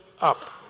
up